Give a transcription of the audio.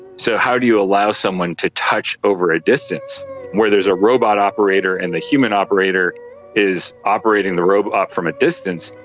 so how do you allow someone to touch over a distance where there is a robot operator and the human operator is operating the robot from a distance,